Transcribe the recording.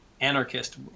anarchist